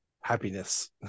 happiness